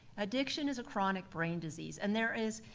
addiction is a chronic brain disease, and there is,